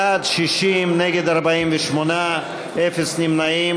בעד, 60, נגד, 48, אין נמנעים.